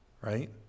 Right